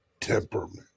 Temperament